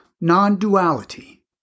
NON-DUALITY